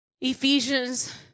Ephesians